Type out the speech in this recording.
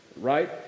Right